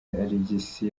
alegisi